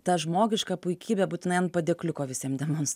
tą žmogišką puikybę būtinai ant padėkliuko visiem demons